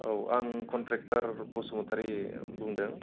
औ आं कनट्रेकटार बसुमथारि बुंदों